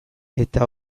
eta